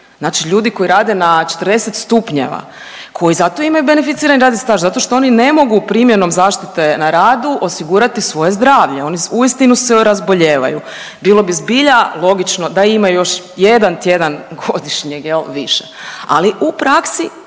Znači ljudi koji rade na 40 stupnjeva, koji zato imaju beneficirani radni staž zato što oni ne mogu primjenom zaštite na radu osigurati svoje zdravlje, oni uistinu se razbolijevaju. Bilo bi zbilja logično da imaju još jedan tjedan godišnjeg jel više. Ali u praksi